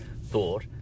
thought